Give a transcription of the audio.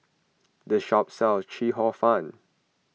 this shop sells Chee Ong Fun